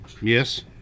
Yes